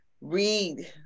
read